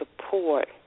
support